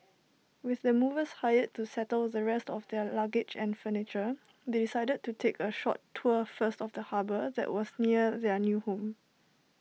with the movers hired to settle the rest of their luggage and furniture they decided to take A short tour first of the harbour that was near their new home